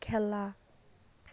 খেলা